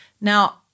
Now